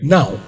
Now